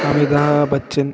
Amitha Bachchan